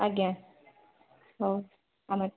ଆଜ୍ଞା ହଉ ଆମେ